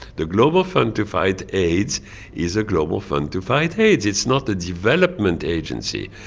the global fund to fight aids is a global fund to fight aids, it's not a development agency,